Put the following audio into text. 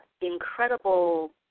incredible